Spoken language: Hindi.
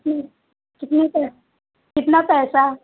कितने का है कितना पैसा